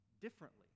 differently